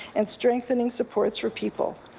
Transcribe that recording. and strengthening supports for people.